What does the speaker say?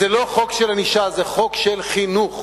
זה לא חוק של ענישה, זה חוק של חינוך.